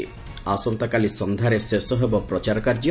ଆସନ୍ତାକାଲି ସନ୍ଧ୍ୟାରେ ଶେଷ ହେବ ପ୍ରଚାର କାର୍ଯ୍ୟ